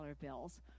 bills